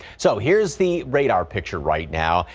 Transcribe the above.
so here's the radar picture right now,